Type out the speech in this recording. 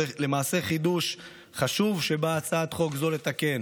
זה למעשה חידוש חשוב שבאה הצעת חוק זאת לתקן.